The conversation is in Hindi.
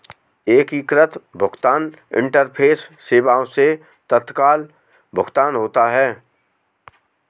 एकीकृत भुगतान इंटरफेस सेवाएं से तत्काल भुगतान होता है